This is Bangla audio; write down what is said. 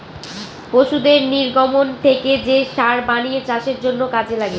পশুদের নির্গমন থেকে যে সার বানিয়ে চাষের জন্য কাজে লাগে